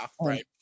right